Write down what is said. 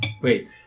Wait